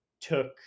took